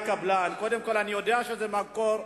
קודם כול אני יודע שזה מקור,